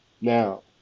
Now